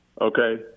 Okay